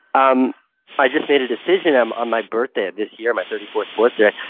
um i just made a decision um on my birthday of this year, my thirty fourth birthday,